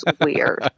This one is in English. weird